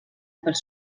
pels